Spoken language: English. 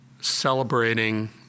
celebrating